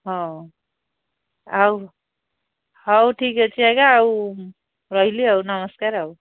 ହଉ ଆଉ ହଉ ଠିକ୍ ଅଛି ଆଜ୍ଞା ଆଉ ରହିଲି ଆଉ ନମସ୍କାର ଆଉ